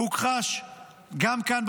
הוא הוכחש גם כאן,